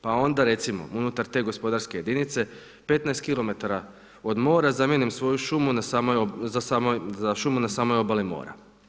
Pa onda recimo, unutar te gospodarske jedinice 15 km od mora zamijenim svoju šumu za šumu na samoj obali mora.